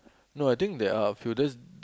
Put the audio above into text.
no I think there are a few just